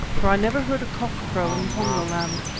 for i never heard a cock crow in pongo-land.